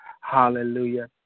hallelujah